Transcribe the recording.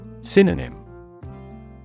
Synonym